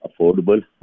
affordable